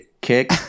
kick